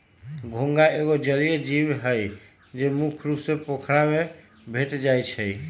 घोंघा एगो जलिये जीव हइ, जे मुख्य रुप से पोखरि में भेंट जाइ छै